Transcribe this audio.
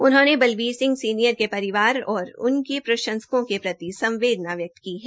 उन्होंने बलबीर सिंह सीनियर के परिवार और उनके प्रंशसकों के प्रति संवदेना व्यक्त की है